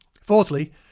Fourthly